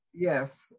Yes